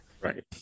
right